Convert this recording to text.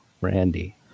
Randy